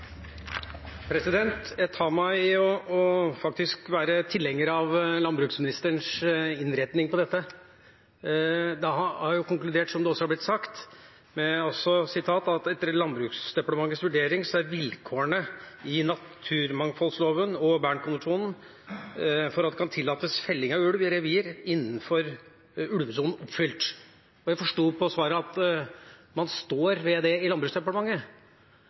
Jeg tar meg faktisk i å være tilhenger av landbruksministerens innretning av dette. Han har – som det har blitt sagt – konkludert med at etter Landbruksdepartementets vurdering er vilkårene i naturmangfoldloven og Bernkonvensjonen for at det kan tillates felling av ulv i revir innenfor ulvesonen, oppfylt. Jeg forsto på svaret at man står ved det i Landbruksdepartementet.